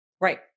Right